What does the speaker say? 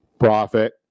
Profit